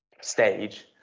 stage